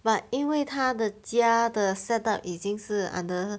but 因为她的家的 setup 已经是 under